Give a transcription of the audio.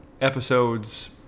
episodes